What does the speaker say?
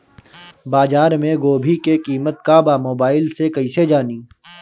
बाजार में गोभी के कीमत का बा मोबाइल से कइसे जानी?